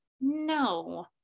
no